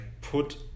put